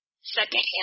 secondhand